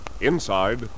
Inside